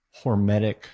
hormetic